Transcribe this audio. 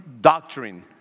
doctrine